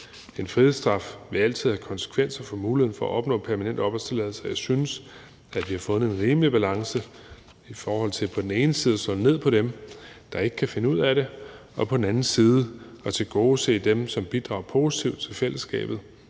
En frihedsstraf vil altid have konsekvenser for muligheden for at opnå permanent opholdstilladelse. Jeg synes, at vi har fundet en rimelig balance i forhold til på den ene side at slå ned på dem, der ikke kan finde ud af det, og på den anden side at tilgodese dem, der bidrager positivt til fællesskabet.